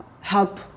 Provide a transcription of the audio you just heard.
help